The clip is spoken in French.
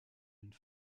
une